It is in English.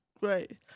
Right